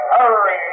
Hurry